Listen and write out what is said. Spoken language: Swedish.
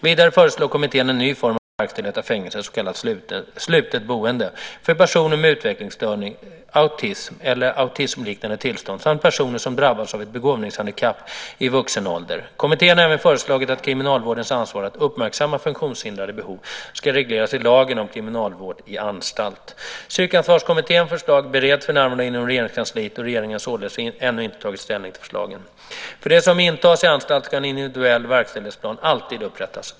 Vidare föreslår kommittén en ny form av verkställighet av fängelse, så kallat slutet boende, för personer med utvecklingsstörning, autism eller autismliknande tillstånd samt personer som drabbats av ett begåvningshandikapp i vuxen ålder. Kommittén har även föreslagit att kriminalvårdens ansvar att uppmärksamma funktionshindrades behov ska regleras i lagen om kriminalvård i anstalt. Psykansvarskommitténs förslag bereds för närvarande inom Regeringskansliet, och regeringen har således ännu inte tagit ställning till förslagen. För dem som intas i anstalt ska en individuell verkställighetsplan alltid upprättas.